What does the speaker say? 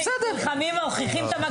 נלחמים ומוכיחים את המקום.